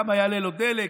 כמה יעלה לו הדלק,